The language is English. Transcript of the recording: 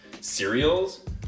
Cereals